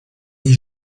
les